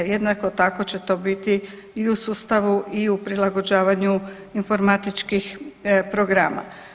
Jednako tako će to biti i u sustavu i u prilagođavanju informatičkih programa.